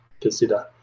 consider